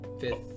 fifth